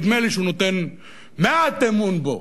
נדמה לי שהוא נותן מעט אמון בו,